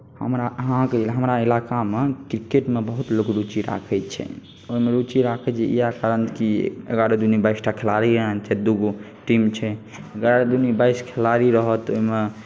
हमरा अहाँके इलाक़ामे क्रिकेटमे लोक बहुत रुचि राखैत छै ओहिमे रुचि राखैत छै इएह कारण कि एगारह दूनि बाइस टा खिलाड़ी एहन छथि दूगो टीम छै एगारह दूनि बाइस खिलाड़ी रहत ओहिमे